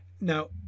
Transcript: Now